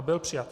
Byl přijat.